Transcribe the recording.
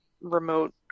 remote